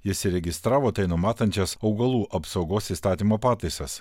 jis įregistravo tai numatančias augalų apsaugos įstatymo pataisas